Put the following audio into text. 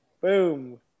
Boom